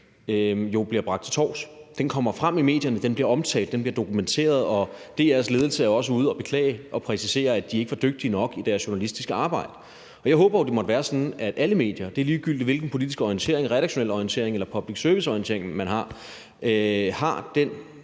jo bragt til torvs. Den kommer frem i medierne, den bliver dokumenteret, og DR's ledelse er også ude at beklage og præcisere, at de ikke var dygtige nok i deres journalistiske arbejde. Jeg håber jo, det måtte være sådan, at alle medier – ligegyldigt hvilken politisk orientering, redaktionelle orientering eller public service-mæssige orientering, de har – har den